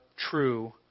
true